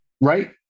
Right